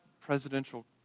presidential